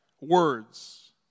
Words